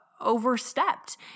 overstepped